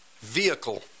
vehicle